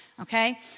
Okay